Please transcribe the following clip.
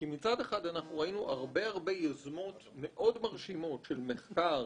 כי מצד אחד אנחנו ראינו הרבה הרבה יוזמות מאוד מרשימות של מחקר,